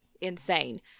insane